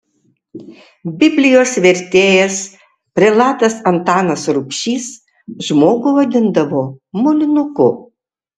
biblijos vertėjas prelatas antanas rubšys žmogų vadindavo molinuku